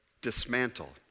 dismantle